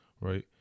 right